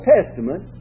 Testament